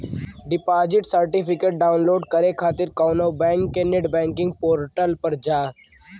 deposit certificate download करे खातिर कउनो बैंक के नेट बैंकिंग पोर्टल पर जा